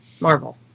marvel